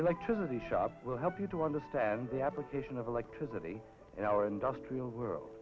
electricity shop will help you to understand the application of electricity in our industrial world